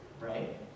Right